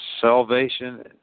Salvation